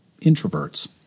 introverts